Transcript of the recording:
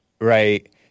Right